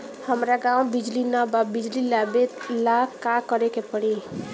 हमरा गॉव बिजली न बा बिजली लाबे ला का करे के पड़ी?